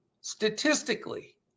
Statistically